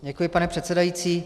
Děkuji, pane předsedající.